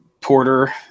porter